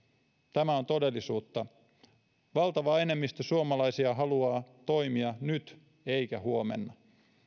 tämä on todellisuutta valtava enemmistö suomalaisista haluaa toimia nyt eikä huomenna